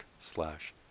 slash